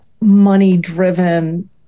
money-driven